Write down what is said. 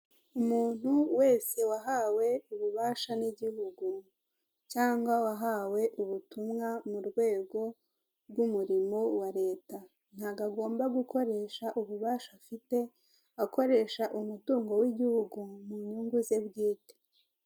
Umuntu wese wahawe ububasha n'igihugu cyangwa wahawe ubutumwa mu rwego rw'umurimo wa leta, ntabwo agomba gukoresha ububasha afite akoresha umutungo w'igihugu mu nyungu ze bwite.